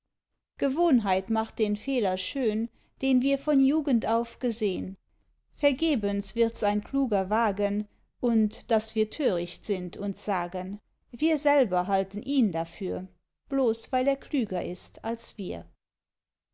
gewohnheit macht den fehler schön den wir von jugend auf gesehn vergebens wirds ein kluger wagen und daß wir töricht sind uns sagen wir selber halten ihn dafür bloß weil er klüger ist als wir